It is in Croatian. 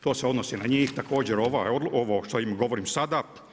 To se odnosi na njih, također ovo što im govorim sada.